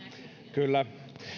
kyllä